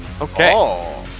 Okay